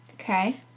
Okay